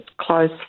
close